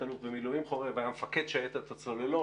תא"ל במילואים חורב היה מפקד שייטת הצוללות,